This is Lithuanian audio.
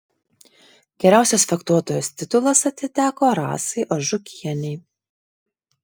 geriausios fechtuotojos titulas atiteko rasai ažukienei